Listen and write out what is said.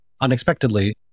unexpectedly